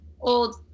old